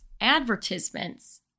advertisements